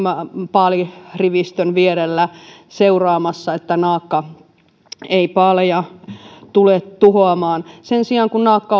paalirivistön vierellä seuraamassa että naakka ei paaleja tule tuhoamaan sen sijaan kun naakka on